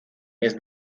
mes